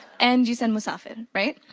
and you said musafir, right?